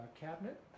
cabinet